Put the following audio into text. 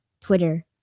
Twitter